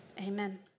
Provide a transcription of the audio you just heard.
Amen